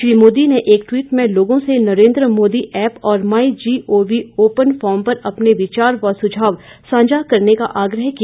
श्री मोदी ने एक ट्वीट में लोगों से नरेन्द्र मोदी ऐप और my G O V open forum पर अपने विचार व सुझाव साझा करने का आग्रह किया